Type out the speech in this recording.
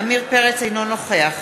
אינו נוכח